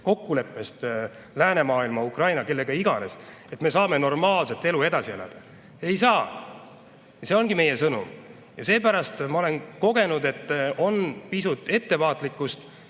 kokkuleppest läänemaailmaga, Ukrainaga, kellega iganes, et me saame normaalset elu edasi elada. Ei saa! Ja see ongi meie sõnum. Ma olen kogenud, et on pisut ettevaatlikkust,